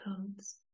codes